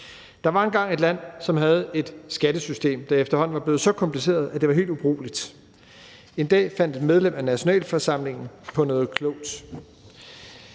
Der var engang et land, som havde et skattesystem, der efterhånden var blevet så kompliceret, at det var helt ubrugeligt. En dag fandt et medlem af nationalforsamlingen på noget klogt.